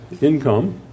income